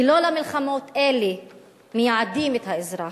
כי לא למלחמות אלה מייעדים את האזרח.